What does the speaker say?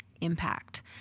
Impact